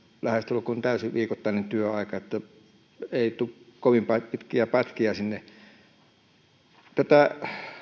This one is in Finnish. lähestulkoon täysi viikoittainen työaika niin että ei tule kovin pitkiä pätkiä sinne niin tätä